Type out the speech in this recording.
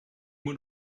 moet